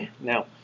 Now